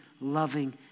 loving